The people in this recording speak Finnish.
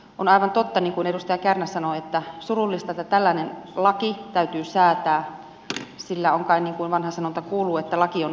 on aivan totta niin kuin edustaja kärnä sanoi että on surullista että tällainen laki täytyy säätää sillä niin kuin kai vanha sanonta kuuluu laki on järjen vastakohta